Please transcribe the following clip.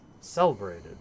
Celebrated